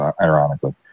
ironically